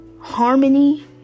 harmony